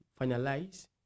finalize